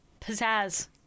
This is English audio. pizzazz